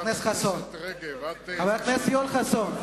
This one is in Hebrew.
חבר הכנסת יואל חסון.